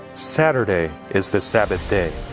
saturday is the sabbath day.